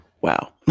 Wow